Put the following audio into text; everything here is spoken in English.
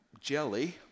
jelly